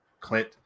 Clint